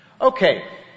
Okay